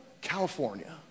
California